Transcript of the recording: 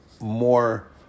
more